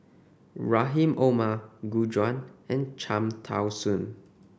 Rahim Omar Gu Juan and Cham Tao Soon